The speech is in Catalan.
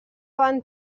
van